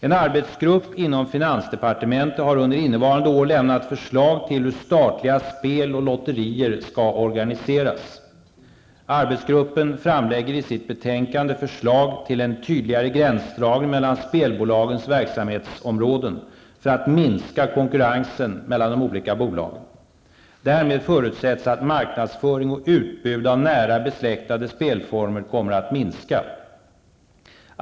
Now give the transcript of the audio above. En arbetsgrupp inom finansdepartementet har under innevarande år lämnat förslag till hur statliga spel och lotterier skall organiseras . Arbetsgruppen framlägger i sitt betänkande förslag till en tydligare gränsdragning mellan spelbolagens verksamhetsområden för att minska konkurrensen mellan de olika bolagen. Därmed förutsätts att marknadsföring och utbud av nära besläktade spelformer kommer att minska.